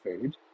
food